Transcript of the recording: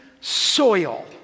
soil